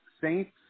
Saints